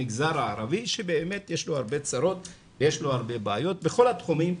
המגזר הערבי שבאמת יש לו הרבה צרות ויש לו הרבה בעיות בכל התחומים,